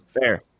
Fair